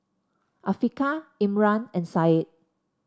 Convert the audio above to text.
Afiqah Imran and Syed